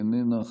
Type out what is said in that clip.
איננה,